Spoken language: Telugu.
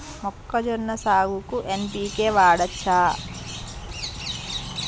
మొక్కజొన్న సాగుకు ఎన్.పి.కే వాడచ్చా?